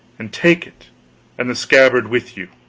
and take it and the scabbard with you,